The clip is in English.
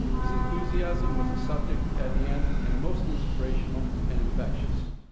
his enthusiasm was a subject at hand and most inspirational and infectious.